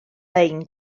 lein